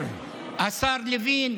השר לוין,